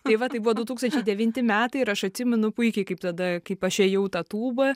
tai va tai buvo du tūkstančiai devinti metai ir aš atsimenu puikiai kaip tada kaip aš ėjau tą tūbą